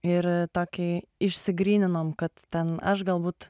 ir tokį išsigryninom kad ten aš galbūt